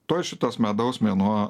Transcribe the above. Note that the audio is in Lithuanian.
tuoj šitas medaus mėnuo